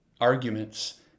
arguments